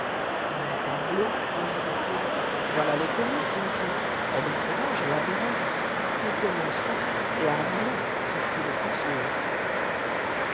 ah parbleu ajouta-t-il voilà les comices bientôt elle y sera je la verrai nous commencerons et hardiment car c'est le plus sûr